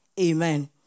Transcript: Amen